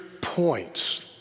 points